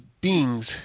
beings